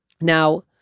Now